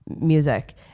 music